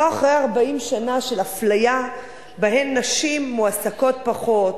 לא אחרי 40 שנה של אפליה שבהן נשים מועסקות פחות,